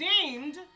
deemed